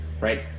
right